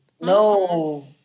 No